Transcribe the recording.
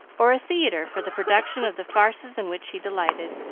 or a theatre for the production of the farces in which he delighted.